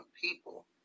people